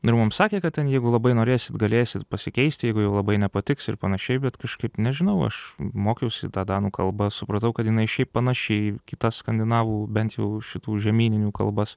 ir mums sakė kad ten jeigu labai norėsit galėsit pasikeisti jeigu jau labai nepatiks ir panašiai bet kažkaip nežinau aš mokiausi tą danų kalbą supratau kad jinai šiaip panaši į kitą skandinavų bent jau šitų žemyninių kalbas